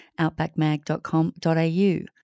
outbackmag.com.au